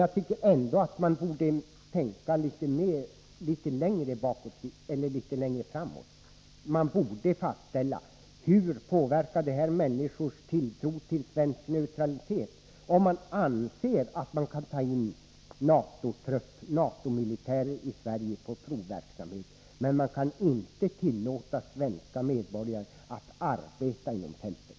Jag tycker ändå att man borde tänka litet längre framåt. Man borde fundera på hur det påverkar människors tilltro till den svenska neutraliteten, om man anser att man kan ta in NATO-militärer och låta dem delta i provverksamhet men inte kan tillåta svenska medborgare att arbeta inom fältet.